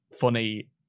funny